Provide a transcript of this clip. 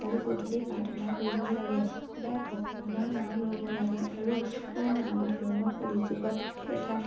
আৰু গধূলি প্ৰাৰ্থনা কৰিব লাগে সদায় ভগৱানৰ নাম ল'ব লাগে আৰু নাম ধৰ্ম কলি যুগত এটা